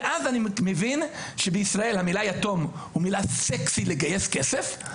אז אני מבין שבישראל המילה יתום היא מילה סקסית לגייס כסף,